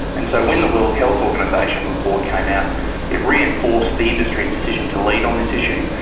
and so when the world health organisation report came out it reinforced the industry's decision to lead on this issue,